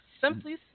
Simply